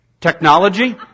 technology